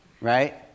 Right